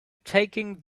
taking